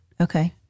Okay